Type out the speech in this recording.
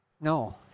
no